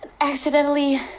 accidentally